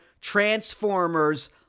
Transformers